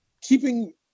keeping